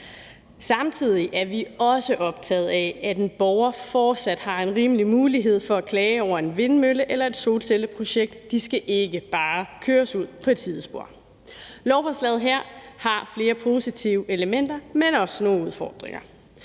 Samtidig er vi også optagede af, at en borger fortsat har en rimelig mulighed for at klage over et vindmølle- eller et solcelleprojekt, og at man ikke bare skal køres ud på et sidespor. Lovforslaget her har flere positive elementer, men også nogle udfordringer.